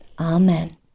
Amen